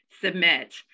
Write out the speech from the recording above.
submit